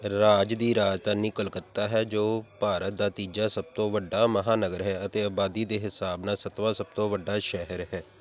ਰਾਜ ਦੀ ਰਾਜਧਾਨੀ ਕੋਲਕਾਤਾ ਹੈ ਜੋ ਭਾਰਤ ਦਾ ਤੀਜਾ ਸਭ ਤੋਂ ਵੱਡਾ ਮਹਾਂਨਗਰ ਹੈ ਅਤੇ ਆਬਾਦੀ ਦੇ ਹਿਸਾਬ ਨਾਲ ਸੱਤਵਾਂ ਸਭ ਤੋਂ ਵੱਡਾ ਸ਼ਹਿਰ ਹੈ